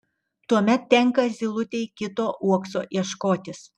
tuomet tenka zylutei kito uokso ieškotis